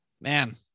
Man